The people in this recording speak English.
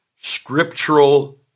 scriptural